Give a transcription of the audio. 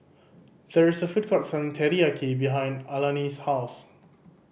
there is a food court selling Teriyaki behind Alani's house